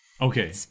Okay